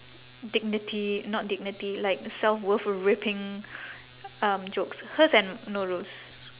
dignity not dignity like self-worth ripping um jokes hers and nurul's